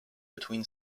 between